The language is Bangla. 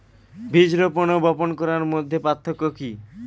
বীজ রোপন ও বপন করার মধ্যে পার্থক্য কি?